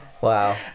Wow